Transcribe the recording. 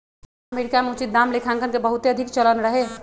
America में उचित दाम लेखांकन के बहुते अधिक चलन रहै